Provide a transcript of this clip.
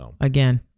Again